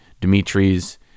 Dimitri's